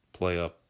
PlayUp